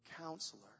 counselor